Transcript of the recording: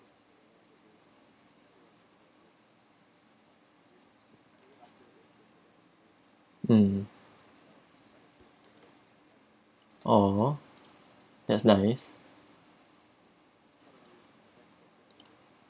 mm oh that's nice